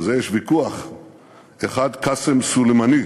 על זה יש ויכוח אחד, קאסם סולימאני.